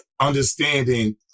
understanding